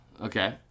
Okay